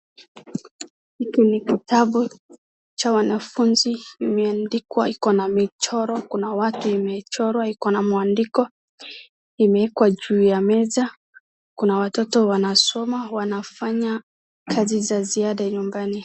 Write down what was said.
Hiki ni kitabu cha wanafunzi imeandikwa ,iko na michoro kuna watu imechorwa ,iko na mwandiko, imeekwa juu ya meza, kuna watoto wanasoma wanafanya kazi ya ziada nyumbani.